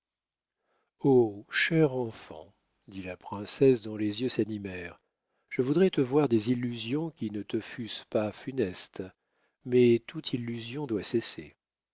chère enfant dit la princesse dont les yeux s'animèrent je voudrais te voir des illusions qui ne te fussent pas funestes mais toute illusion doit cesser